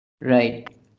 Right